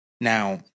Now